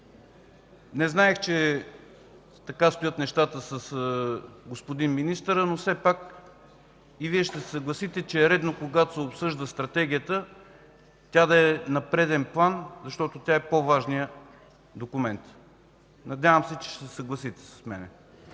Не знаех, че така стоят нещата с господин министъра, но и Вие ще се съгласите, че е редно, когато се обсъжда Стратегията, тя да е на преден план, защото е по-важният документ. Надявам се, че ще се съгласите с мен.